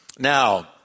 Now